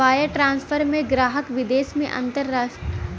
wire transfer में ग्राहक विदेश में अंतरराष्ट्रीय बैंक के फंड भेज सकलन